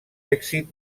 èxit